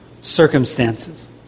circumstances